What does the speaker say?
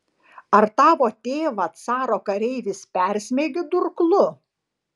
ar tavo tėvą caro kareivis persmeigė durklu